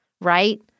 right